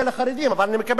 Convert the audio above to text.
אבל אני מקבל את זה על הערבים.